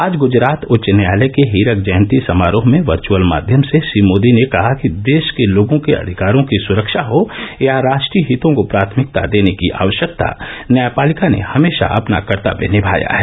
आज गुजरात उच्च न्यायालय के हीरक जयंती समारोह में वर्चअल माध्यम से श्री मोदी ने कहा कि देश के लोगों के अधिकारों की सुरक्षा हो या राष्ट्रीय हितों को प्राथमिकता देने की आवश्यकता न्यायपालिका ने हमेशा अपना कर्तव्य निभाया है